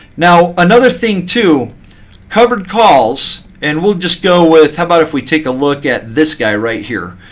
now, another thing too covered calls and we'll just go with how about if we take a look at this guy right here.